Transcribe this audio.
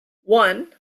one